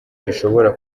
gishobora